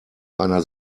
einer